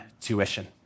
tuition